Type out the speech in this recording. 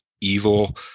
evil